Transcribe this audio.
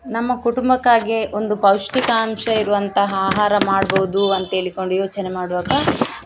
ನಮ್ಮ ಕುಟುಂಬಕ್ಕಾಗಿ ಒಂದು ಪೌಷ್ಟಿಕಾಂಶ ಇರುವಂತಹ ಆಹಾರ ಮಾಡ್ಬೋದು ಅಂತ ಹೇಳಿಕೊಂಡ್ ಯೋಚನೆ ಮಾಡುವಾಗ